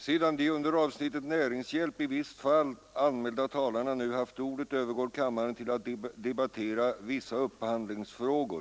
Sedan de under avsnittet Näringshjälp i visst fall anmälda talarna nu haft ordet övergår kammaren till att debattera Vissa upphandlingsfrågor.